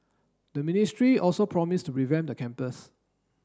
the ministry also promised to revamp the campus